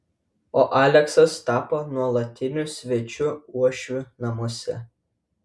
o aleksas tapo nuolatiniu svečiu uošvių namuose